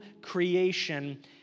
creation